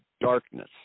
Darkness